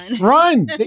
Run